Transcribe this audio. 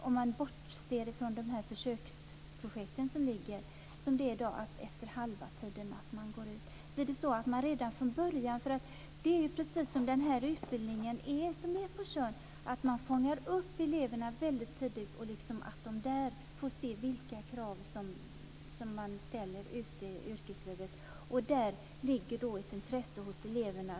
Om man bortser från försöksprojekten kommer eleverna i dag ut efter halva tiden. Vid utbildningen på Tjörn fångar man upp eleverna väldigt tidigt för att de ska se vilka krav som ställs ute i yrkeslivet. Det kan skapa ett intresse hos eleverna.